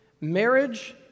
Marriage